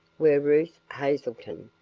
were ruth hazelton,